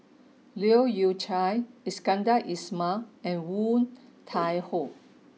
Leu Yew Chye Iskandar Ismail and Woon Tai Ho